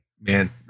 man